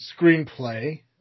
screenplay